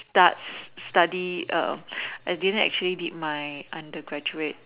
start study I didn't actually did my undergraduate